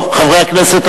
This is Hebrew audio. חברי הכנסת,